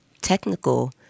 technical